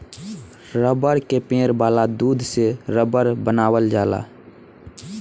रबड़ के पेड़ वाला दूध से रबड़ बनावल जाला